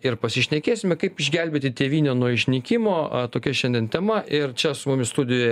ir pasišnekėsime kaip išgelbėti tėvynę nuo išnykimo tokia šiandien tema ir čia su mumis studijoe